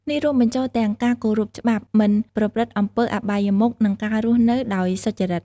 នេះរួមបញ្ចូលទាំងការគោរពច្បាប់ មិនប្រព្រឹត្តអំពើអបាយមុខ និងការរស់នៅដោយសុចរិត។